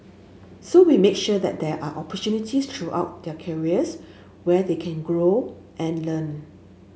so we make sure that there are opportunities throughout their careers where they can grow and learn